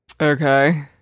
Okay